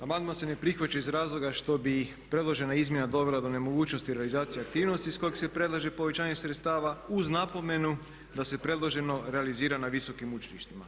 Amandman se ne prihvaća iz razloga što bi predložena izmjena dovela do nemogućnosti realizacije aktivnosti iz kojeg se predlaže povećanje sredstava uz napomenu da se predloženo realizira na visokim učilištima.